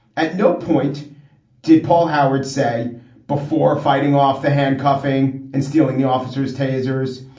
at no point did paul howard say before fighting off the handcuffing and stealing the officers tasers.